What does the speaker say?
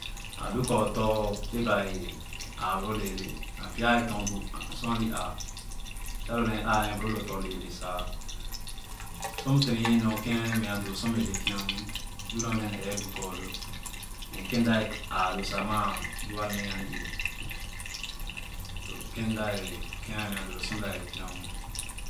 A lu kor tɔ̃ eba wɛɛ a baloo leelee nee pya tom bu sor ani aa pya lo nee áá nee boro lu tɔ̃ leelee sa sor m tere nyìe nor kém a wɛɛ meah doo sor m bee le pya nwiì lu nu a mɛ ne eebu kor lo tɔ̃ mɛ kèm mda ààlo sa maa iva nee and éé kèn mda kèn a mea doolo sormda wɛɛ le pya nwii.